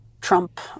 Trump